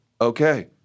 okay